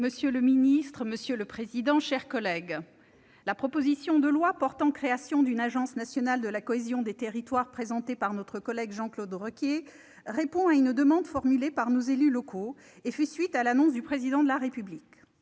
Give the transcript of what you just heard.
Monsieur le président, monsieur le ministre, mes chers collègues, la proposition de loi portant création d'une Agence nationale de la cohésion des territoires présentée par M. Jean-Claude Requier répond à une demande formulée par les élus locaux et fait suite à une annonce du Président de la République.